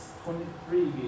twenty-three